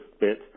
bit